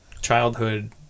childhood